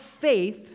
faith